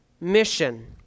mission